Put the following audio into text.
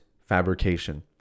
fabrication